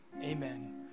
Amen